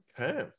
Okay